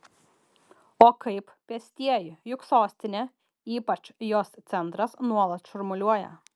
o kaip pėstieji juk sostinė ypač jos centras nuolat šurmuliuoja